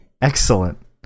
excellent